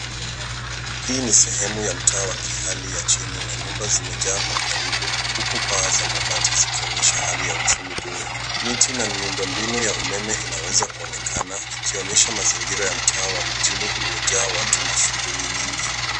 Hii ni sehemu ya mtaa wa kihali ya chini na nyumba zimejaa kwa karibu huku paa za mabati zikionyesha hali ya uchumi duni. Miti na miundombinu ya umeme inaweza kuonekana ikionyesha mazingira ya mtaa wa mijini uliojaa watu na shughuli nyingi.